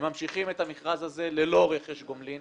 הם ממשיכים את המכרז הזה ללא רכש גומלין.